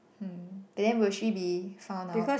hmm then will she be found out